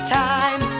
time